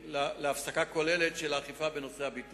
כי המחסור במועדי משפט מוביל באופן ישיר לריבוי דוחות